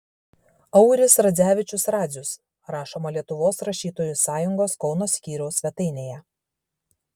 auris radzevičius radzius rašoma lietuvos rašytojų sąjungos kauno skyriaus svetainėje